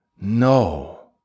No